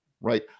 right